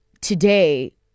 today